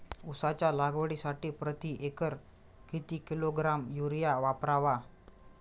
उसाच्या लागवडीसाठी प्रति एकर किती किलोग्रॅम युरिया वापरावा?